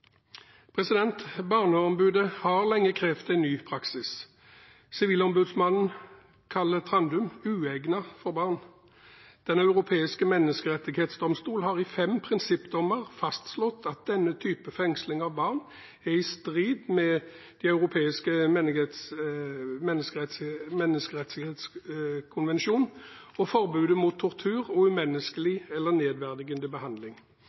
Barneombudet har lenge krevd en ny praksis. Sivilombudsmannen kaller Trandum uegnet for barn. Den europeiske menneskerettsdomstol har i fem prinsippdommer fastslått at denne type fengsling av barn er i strid med Den europeiske menneskerettskonvensjon og forbudet mot tortur og annen umenneskelig eller nedverdigende behandling.